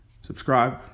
subscribe